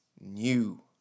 new